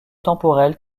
temporel